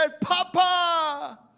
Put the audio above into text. Papa